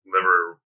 liver